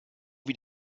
wie